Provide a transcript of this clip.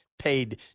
paid